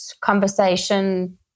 conversation